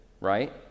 right